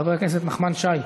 חבר הכנסת נחמן שי,